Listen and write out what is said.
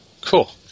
cool